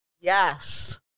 Yes